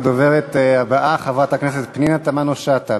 הדוברת הבאה, חברת הכנסת פנינה תמנו-שטה,